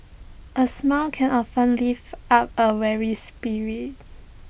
A smile can often lift up A weary spirit